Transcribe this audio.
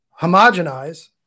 homogenize